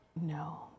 No